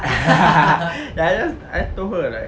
ya I just I told her